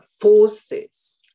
forces